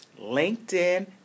LinkedIn